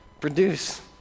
Produce